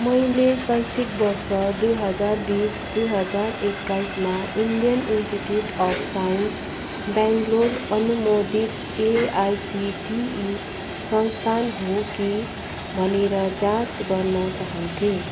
मैले शैक्षिक वर्ष दुई हजार बिस दुई हजार एक्काइसमा Indian Institute of Science Bangalore अनुमोदित एआइसिटिई संस्थान हो कि भनेर जाँच गर्न चाहन्थेँ